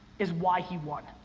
is why he won.